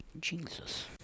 Jesus